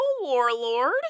warlord